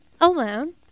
alone